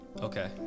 Okay